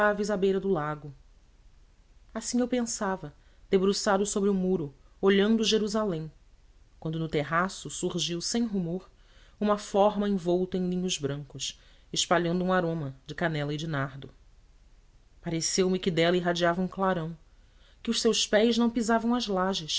suaves à beira do lago assim eu pensava debruçado sobre o muro olhando jerusalém quando no terraço surgiu sem rumor uma forma envolta em linhos brancos espalhando um aroma de canela e de nardo pareceu-me que dela irradiava um clarão que os seus pés não pisavam as lajes